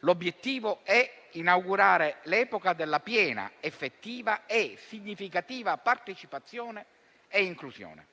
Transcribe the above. L'obiettivo è quello di inaugurare l'epoca della piena, effettiva e significativa partecipazione e inclusione.